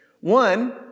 One